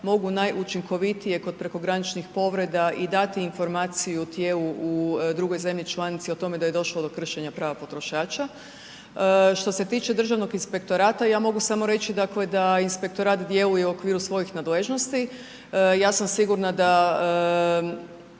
mogu najučinkovitije kod prekograničnih povreda i dati informaciju u …/nerazumljivo/… u drugoj zemlji članici o tome da je došlo do kršenja prava potrošača. Što se tiče Državnog inspektorata, ja mogu samo reći dakle da inspektorat djeluje u okviru svojih nadležnosti. Ja sam sigurna da